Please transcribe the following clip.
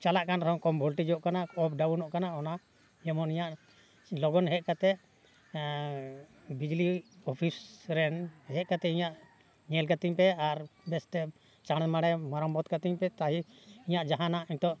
ᱪᱟᱞᱟᱜ ᱠᱟᱱ ᱨᱮᱦᱚᱸ ᱠᱚᱢ ᱵᱷᱳᱞᱴᱮᱡᱚᱜ ᱠᱟᱱᱟ ᱚᱯᱷ ᱰᱟᱣᱩᱱ ᱚᱜ ᱠᱟᱱᱟ ᱚᱱᱟ ᱡᱮᱢᱚᱱ ᱤᱧᱟᱹᱜ ᱞᱚᱜᱚᱱ ᱦᱮᱡ ᱠᱟᱛᱮᱫ ᱵᱤᱡᱽᱞᱤ ᱚᱯᱷᱤᱥ ᱨᱮᱱ ᱦᱮᱡ ᱠᱟᱛᱮᱫ ᱤᱧᱟᱹᱜ ᱧᱮᱞ ᱠᱟᱹᱛᱤᱧ ᱯᱮ ᱟᱨ ᱵᱮᱥᱛᱮ ᱪᱟᱬᱮ ᱢᱟᱲᱮ ᱢᱮᱨᱟ ᱢᱚᱛ ᱠᱟᱹᱛᱤᱧ ᱯᱮ ᱛᱟᱦᱤ ᱤᱧᱟᱹᱜ ᱡᱟᱦᱟᱸᱱᱟᱜ ᱱᱤᱛᱳᱜ